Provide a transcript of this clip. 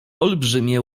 olbrzymie